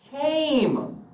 came